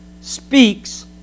speaks